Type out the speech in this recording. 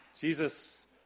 Jesus